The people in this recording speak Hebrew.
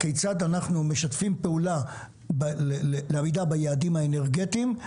משתפים פעולה לעמידה ביעדים האנרגטיים,